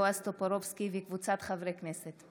בועז טופורובסקי וקבוצת חברי הכנסת.